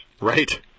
Right